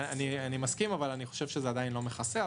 אני מסכים, אבל אני חושב שזה עדיין לא מכסה.